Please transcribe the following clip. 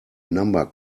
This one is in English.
number